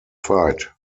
fight